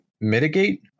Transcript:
mitigate